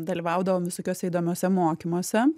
dalyvaudavom visokiuose įdomiuose mokymuose